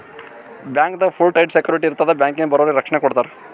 ಬ್ಯಾಂಕ್ದಾಗ್ full tight security ಇರ್ತದ್ ಬ್ಯಾಂಕಿಗ್ ಬರೋರಿಗ್ ರಕ್ಷಣೆ ಕೊಡ್ತಾರ